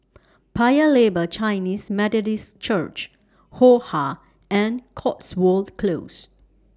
Paya Lebar Chinese Methodist Church Ho Ha and Cotswold Close